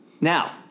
Now